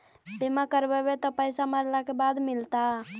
बिमा करैबैय त पैसा मरला के बाद मिलता?